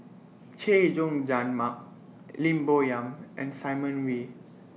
Chay Jung Jun Mark Lim Bo Yam and Simon Wee